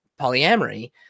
polyamory